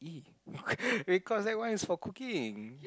because that one is cooking